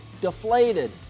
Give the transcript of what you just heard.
deflated